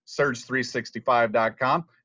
surge365.com